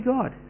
God